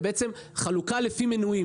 ובעצם חלוקה לפי מנויים,